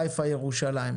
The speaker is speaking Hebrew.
חיפה וירושלים.